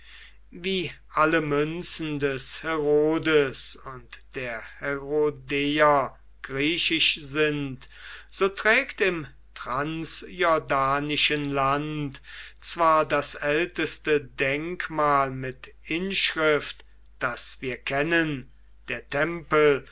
wie alle münzen des herodes und der herodeer griechisch sind so trägt im transjordanischen land zwar das älteste denkmal mit inschrift das wir kennen der tempel